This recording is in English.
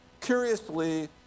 Curiously